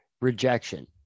Rejection